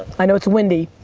i know it's windy.